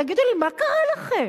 תגידו לי, מה קרה לכם?